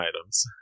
items